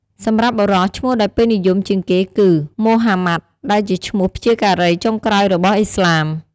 សម្រាប់បុរស ឈ្មោះដែលពេញនិយមជាងគេគឺ ម៉ូហាម៉ាត់ ដែលជាឈ្មោះព្យាការីចុងក្រោយរបស់ឥស្លាម។